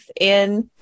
in-